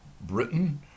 Britain